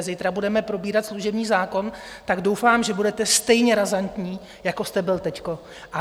Zítra budeme probírat služební zákon, tak doufám, že budete stejně razantní, jako jste byl teď.